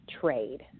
trade